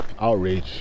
outrage